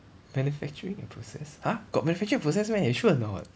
manufacturing and process !huh! got manufacturing and process meh you sure or not